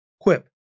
Quip